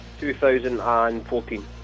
2014